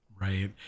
Right